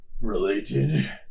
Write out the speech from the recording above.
related